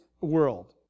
world